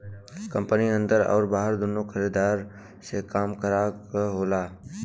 company अन्दर आउर बाहर दुन्नो खरीदार से काम करावे क होला